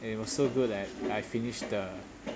and it was so good that I I finish the